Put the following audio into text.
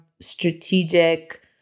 strategic